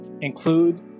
include